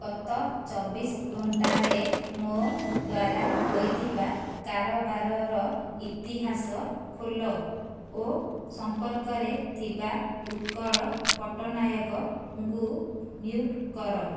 ଗତ ଚବିଶି ଘଣ୍ଟାରେ ମୋ ଦ୍ୱାରା ହୋଇଥିବା କାରବାରର ଇତିହାସ ଖୋଲ ଓ ସମ୍ପର୍କରେ ଥିବା ଉତ୍କଳ ପଟ୍ଟନାୟକଙ୍କୁ ମ୍ୟୁଟ୍ କର